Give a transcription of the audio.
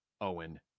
owen